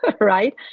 right